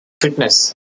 fitness